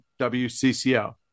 WCCO